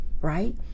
Right